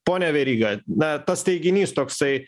pone veryga na tas teiginys toksai